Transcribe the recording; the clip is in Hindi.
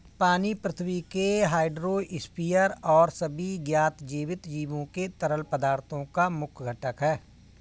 पानी पृथ्वी के हाइड्रोस्फीयर और सभी ज्ञात जीवित जीवों के तरल पदार्थों का मुख्य घटक है